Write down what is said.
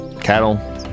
cattle